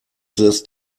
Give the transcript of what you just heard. this